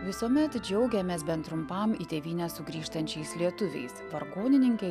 visuomet džiaugiamės bent trumpam į tėvynę sugrįžtančiais lietuviais vargonininkė